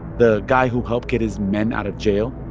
the guy who helped get his men out of jail?